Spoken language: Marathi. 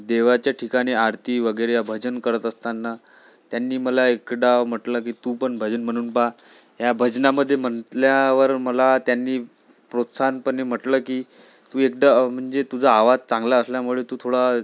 देवाच्या ठिकाणी आरती वगैरे भजन करत असताना त्यांनी मला एक डाव म्हटलं की तू पण भजन म्हणून पहा या भजनामध्ये म्हटल्यावर मला त्यांनी प्रोत्साहनपणे म्हटलं की तू एकदा म्हणजे तुझा आवाज चांगला असल्यामुळे तू थोडा